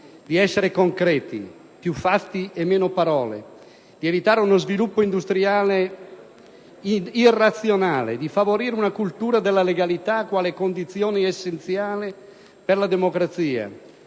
di essere concreti - più fatti meno parole - di evitare uno sviluppo industriale irrazionale, di favorire una cultura della legalità quale condizione essenziale per la democrazia,